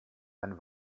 ein